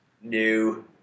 New